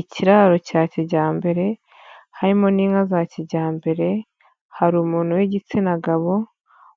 Ikiraro cya kijyambere, harimo n'inka za kijyambere, hari umuntu w'igitsinagabo,